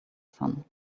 sun